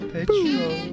Petrol